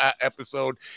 episode